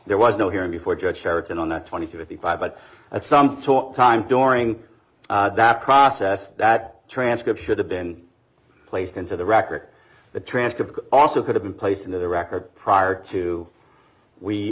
there was no hearing before judge sheraton on the twenty fifty five but at some time during that process that transcript should have been placed into the record the transcript also could have been placed in the record prior to we